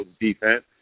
defense